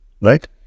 right